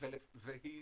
והיא